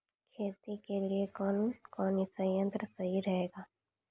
खेती के लिए कौन कौन संयंत्र सही रहेगा?